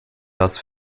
das